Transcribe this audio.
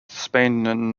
spain